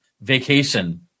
Vacation